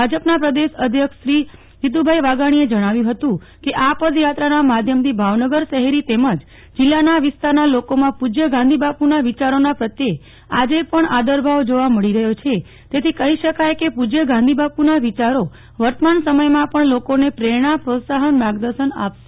ભાજપના પ્રદેશ અધ્યક્ષ જીતુભાઈ વાઘાણીએ જણાવ્યું હતું કે આ પદયાત્રાના માધ્યમથી ભાવનગર શહેરી તેમજ જિલ્લાના વિસ્તારના લોકોમાં પૂજ્ય ગાંધીબાપુના વિચારોના પ્રત્યે આજે પણ આદરભાવ જોવા મળી રહ્યો છે તેથી કહી શકાય કે પૂજ્ય ગાંધીબાપુના વિચારો વર્તમાન સમયમાં પણ લોકોને પ્રેરણા પ્રોત્સાહન માર્ગદર્શન આપશે